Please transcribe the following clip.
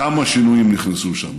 כמה שינויים נכנסו שם,